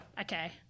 okay